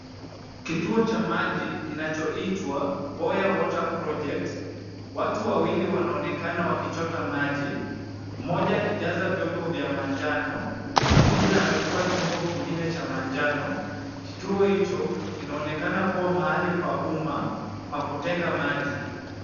Kituo cha maji kinachoitwa Boya Water Project. Watu wawili wanaonekana wakichota maji, mmoja akijaza vyombo vya manjano na mwingine amebeba chombo kingine cha manjano. Kituo hicho kinaonekana kuwa mahali pa umma pa kuteka maji.